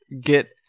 get